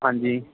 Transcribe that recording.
ਹਾਂਜੀ